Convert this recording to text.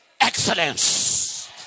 excellence